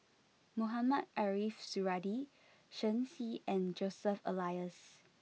Mohamed Ariff Suradi Shen Xi and Joseph Elias